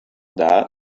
that